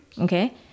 Okay